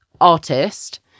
artist